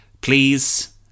Please